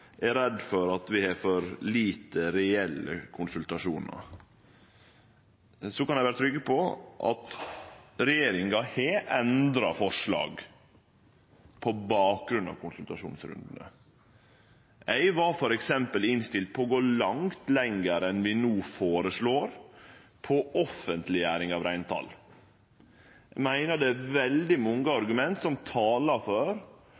er redd for at vi har for få reelle konsultasjonar, kan vere trygg på at regjeringa har endra forslag på bakgrunn av konsultasjonsrundane. Eg var f.eks. innstilt på å gå langt lenger enn vi no føreslår, med offentleggjering av reintal. Eg meiner det er veldig mange argument som taler for